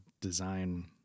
design